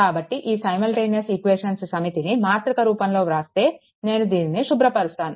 కాబట్టి ఈ simultaneous equations సమితిని మాతృక రూపంలో రాస్తే దీనిని నేను శుభ్రపరుస్తాను